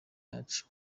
yacu